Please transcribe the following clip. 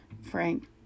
Frank